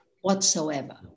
whatsoever